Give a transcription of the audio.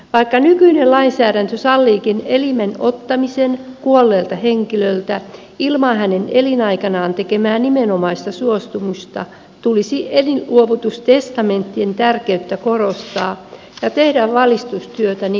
vaikka nykyinen lainsäädäntö salliikin elimen ottamisen kuolleelta henkilöltä ilman hänen elinaikanaan tekemää nimenomaista suostumusta tulisi elinluovutustestamenttien tärkeyttä korostaa ja tehdä valistustyötä niiden puolesta